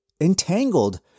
entangled